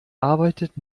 arbeitet